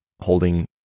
holding